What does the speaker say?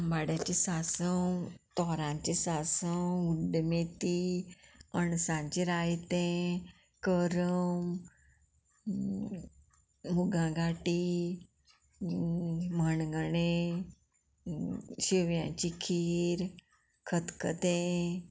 आंबाड्याचें सांसव तोरांचें सांसव उड्डमेथी अणसांचें रायतें करम मुगां गाटी म्हणगणें शेवयांची खीर खतखतें